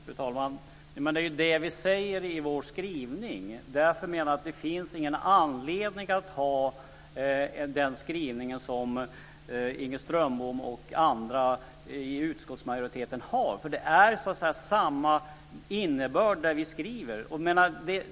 Fru talman! Det är vad vi säger i vår skrivning. Därför menar jag att det inte finns någon anledning att ha en sådan skrivning som Inger Strömbom och andra i utskottsmajoriteten har. Det är samma innebörd i skrivningarna.